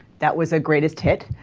that was a great extent